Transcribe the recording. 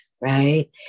right